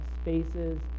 spaces